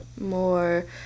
more